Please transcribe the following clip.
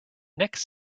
next